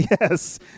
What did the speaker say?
yes